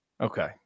Okay